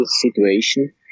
situation